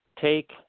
take